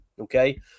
okay